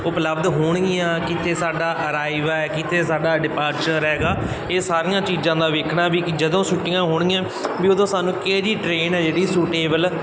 ਉਪਲਬਧ ਹੋਣਗੀਆਂ ਕਿੱਥੇ ਸਾਡਾ ਅਰਾਈਵ ਹੈ ਕਿੱਥੇ ਸਾਡਾ ਡਿਪਾਰਚਰ ਹੈਗਾ ਇਹ ਸਾਰੀਆਂ ਚੀਜ਼ਾਂ ਦਾ ਵੇਖਣਾ ਵੀ ਜਦੋਂ ਛੁੱਟੀਆਂ ਹੋਣਗੀਆਂ ਵੀ ਉਦੋਂ ਸਾਨੂੰ ਕਿਹੜੀ ਟ੍ਰੇਨ ਹੈ ਜਿਹੜੀ ਸੂਟੇਬਲ